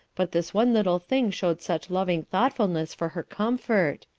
but this one little thing showed such loving thoughtfulness for her comfort.